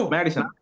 Madison